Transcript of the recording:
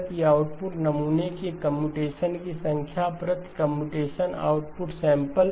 प्रति आउटपुट नमूने की कम्प्यूटेशन की संख्या प्रति कम्प्यूटेशन आउटपुट सैंपल